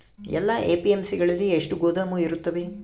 ಎಲ್ಲಾ ಎ.ಪಿ.ಎಮ್.ಸಿ ಗಳಲ್ಲಿ ಎಷ್ಟು ಗೋದಾಮು ಇರುತ್ತವೆ?